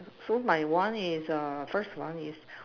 so my one is err first one is